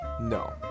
No